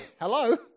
Hello